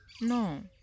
No